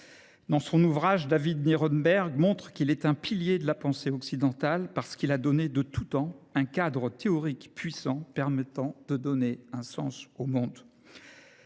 Dans son ouvrage, David Nirenberg montre qu’il est un « pilier de la pensée occidentale », parce qu’il a donné de tout temps « un cadre théorique puissant permettant de donner un sens au monde